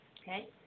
okay